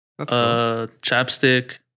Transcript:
chapstick